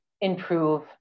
improve